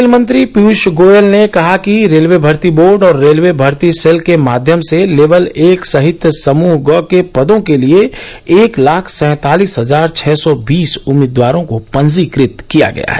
rail मंत्री पीयूष गोयल ने कहा कि रेलवे भर्ती बोर्ड और रेलवे भर्ती सैल के माध्यम से लेवल एक सहित समूह ग के पदों के लिए एक लाख सैंतालिस हजार छह सौ बीस उम्मीदवारों को पंजीकृत किया गया है